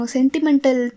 sentimental